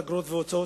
אגרות והוצאות,